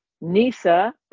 Nisa